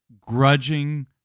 grudging